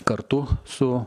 kartu su